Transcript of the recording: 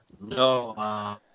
No